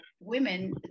women